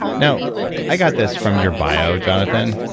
now, i got this from your bio, jonathan.